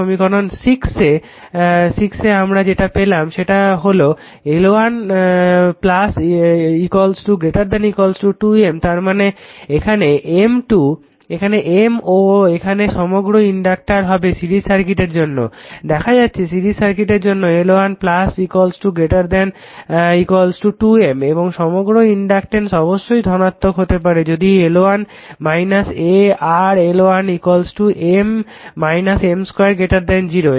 সমীকরণ 6 থেকে আমরা যেটা পেলাম সেটা হলো L1 2 M তারমানে এখানে M ও এখানে সমগ্র ইনডাকটর হবে সিরিজ সার্কিটের জন্য দেখা যাচ্ছে সিরিজ সার্কিটের জন্য L1 2 M এবং সমগ্র ইনডাকটেন্স অবশ্যই ধনাত্মক হতে হবে যদি L1 a r L1 M 2 0